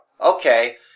Okay